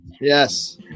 yes